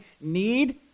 need